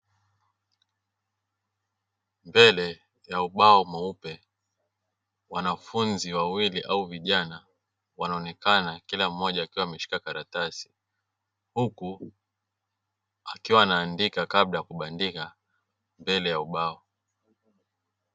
Mbele ya ubao mweupe wanafunzi wawili au vijana, wanaonekana kila mmoja akiwa ameshika karatasi, huku akiwa ana andika kabla ya kubandika mbele ya ubao.